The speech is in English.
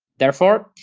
therefore,